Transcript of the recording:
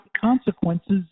consequences